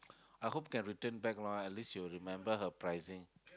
I hope can return back lah at least you remember her pricing